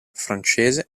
francese